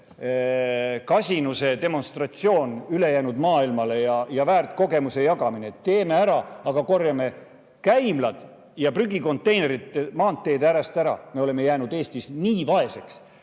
kasinuse demonstratsioon ülejäänud maailmale ja väärt kogemuse jagamine: teeme ära, aga korjame käimlad ja prügikonteinerid maanteede äärest ära. Me oleme jäänud Eestis nii vaeseks.